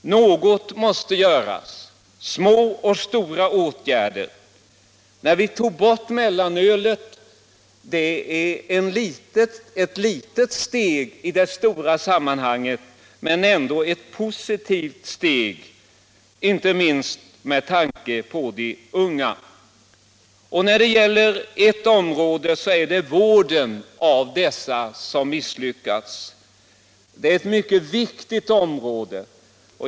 Något måste göras — det behövs små och stora åtgärder. Att vi tar bort mellanölet är ett litet steg i det stora sammanhanget, men ändå ett positivt steg, inte minst med tanke på de unga. Det är vården som misslyckats, och det är ett mycket viktigt område.